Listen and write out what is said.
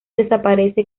desaparece